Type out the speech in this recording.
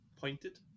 Pointed